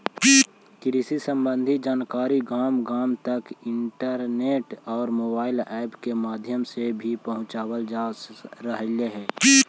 कृषि संबंधी जानकारी गांव गांव तक इंटरनेट और मोबाइल ऐप के माध्यम से भी पहुंचावल जा रहलई हे